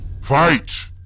Fight